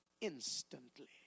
instantly